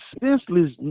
senseless